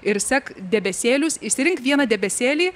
ir sek debesėlius išsirink vieną debesėlį